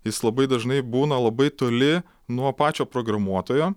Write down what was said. jis labai dažnai būna labai toli nuo pačio programuotojo